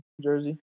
jersey